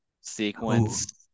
sequence